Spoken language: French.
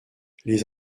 les